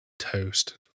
toast